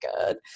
good